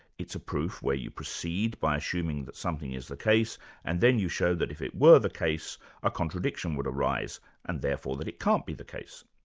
it's a proof where you proceed by assuming that something is the case and then you show that if it were the case a contradiction would arise and therefore it can't be the case.